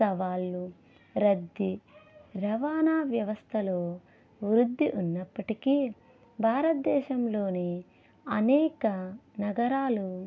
సవాళ్లు రద్దీ రవాణా వ్యవస్థలో వృద్ధి ఉన్నపటికీ భారతదేశంలోనే అనేక నగరాలూ